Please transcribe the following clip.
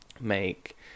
make